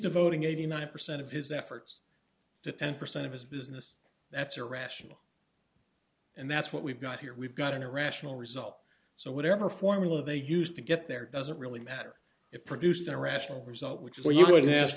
devoting eighty nine percent of his efforts to ten percent of his business that's irrational and that's what we've got here we've got an irrational result so whatever formula they used to get there doesn't really matter it produced an irrational result which is what you're going to ask